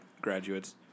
graduates